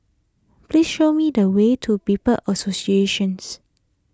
please show me the way to People's Associations